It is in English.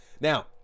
now